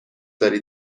داری